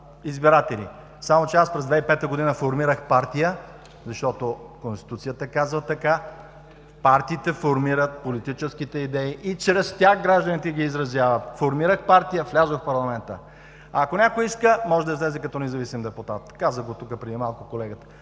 избиратели. През 2005 г. аз формирах партия, защото Конституцията казва така: „Партиите формират политическите идеи и чрез тях гражданите ги изразяват“. Формирах партия, влязох в парламента. Ако някой иска, може да излезе като независим депутат, колегата